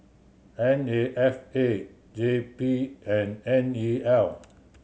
N A F A J P and N E L